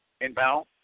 Inbound